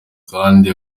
kandi